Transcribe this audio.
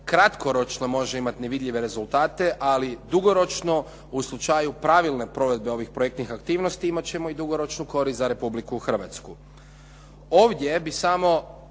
kratkoročno može imati nevidljive rezultate, ali dugoročno u slučaju pravilne provedbe ovih projektnih aktivnosti, imati ćemo i dugoročnu korist za Republiku Hrvatsku.